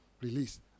release